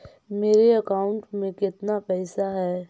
मेरे अकाउंट में केतना पैसा है?